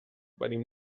venim